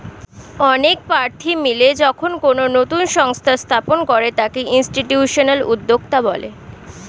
অনেক প্রার্থী মিলে যখন কোনো নতুন সংস্থা স্থাপন করে তাকে ইনস্টিটিউশনাল উদ্যোক্তা বলে